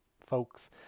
folks